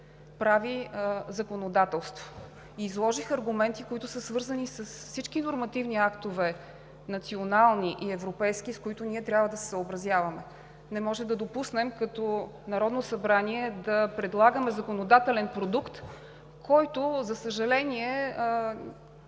прави законодателство и изложих аргументи, които са свързани с всички нормативни актове – национални и европейски, с които ние трябва да се съобразяваме. Не може да допуснем като Народно събрание да предлагаме законодателен продукт, който, за съжаление,